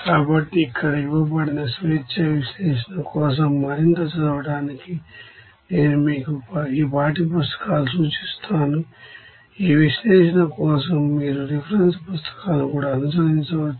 కాబట్టి ఇక్కడ ఇవ్వబడిన స్వేచ్ఛ విశ్లేషణ కోసం మరింత చదవడానికి నేను మీకు ఈ పాఠ్యపుస్తకాలు సూచిస్తాను ఈ విశ్లేషణ కోసం మీరు రిఫరెన్స్ పుస్తకాలను కూడా అనుసరించవచ్చు